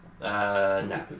No